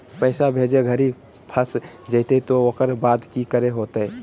पैसा भेजे घरी फस जयते तो ओकर बाद की करे होते?